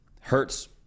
Hurts